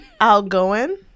Outgoing